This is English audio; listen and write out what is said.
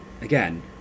again